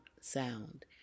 sound